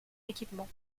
équipement